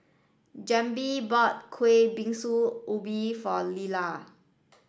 Jaheem bought Kueh Bingsu Ubi for Lelar